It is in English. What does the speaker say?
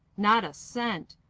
not a cent.